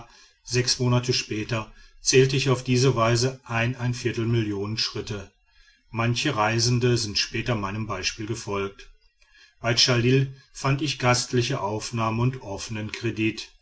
sechs monate später zählte ich auf diese weise eineinviertel million schritte manche reisende sind später meinem beispiel gefolgt bei chalil fand ich gastliche aufnahme und offenen kredit